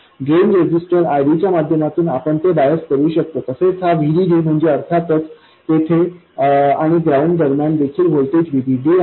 drain resistor RD च्या माध्यमातून आपण ते बायस करू शकतो तसेच हा VDD म्हणजे अर्थातच तेथे आणि ग्राउंड दरम्यान देखील व्होल्टेज VDD आहे